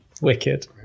wicked